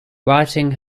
writing